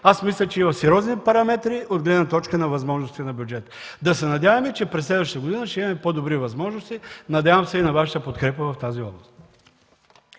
мисля, че е в сериозни параметри от гледна точка на възможностите на бюджета. Да се надяваме, че през следващата година ще имаме по-добри възможности, разчитам и на Вашата подкрепа в тази област.